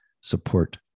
support